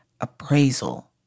appraisal